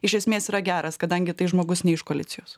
iš esmės yra geras kadangi tai žmogus ne iš koalicijos